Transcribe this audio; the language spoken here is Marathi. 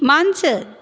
मांजर